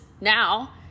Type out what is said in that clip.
now